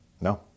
no